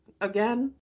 again